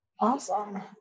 awesome